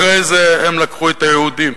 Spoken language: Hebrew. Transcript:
אחרי זה הם לקחו את היהודים,